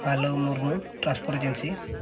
hello Murmu transport agency